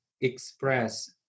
express